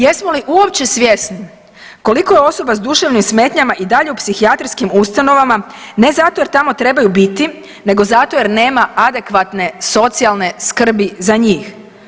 Jesmo li uopće svjesni koliko je osoba s duševnim smetnjama i dalje u psihijatrijskim ustanovama, ne zato jer tamo trebaju biti, nego zato jer nema adekvatne socijalne skrbi za njih.